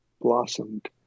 blossomed